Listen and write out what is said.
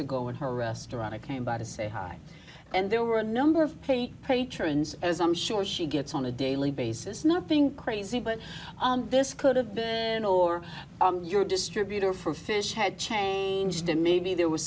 ago when her restaurant i came by to say hi and there were a number of pain patrons as i'm sure she gets on a daily basis nothing crazy but this could have been and or your distributor for fish had changed and maybe there was